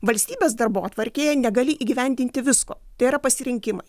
valstybės darbotvarkėje negali įgyvendinti visko tai yra pasirinkimai